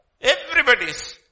Everybody's